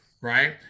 Right